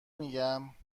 میگم